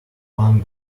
one